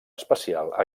especial